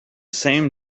same